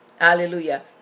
hallelujah